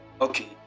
Okay